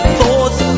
thoughts